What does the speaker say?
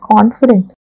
confident